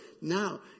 now